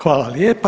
Hvala lijepa.